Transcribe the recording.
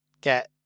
get